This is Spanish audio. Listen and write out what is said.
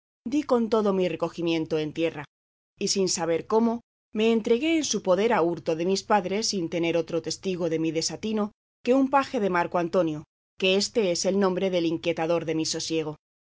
con todo mi recogimiento en tierra y sin saber cómo me entregué en su poder a hurto de mis padres sin tener otro testigo de mi desatino que un paje de marco antonio que éste es el nombre del inquietador de mi sosiego